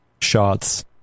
shots